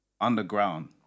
underground